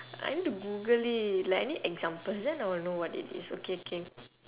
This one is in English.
I need to google it like I need examples then I will know what it is okay okay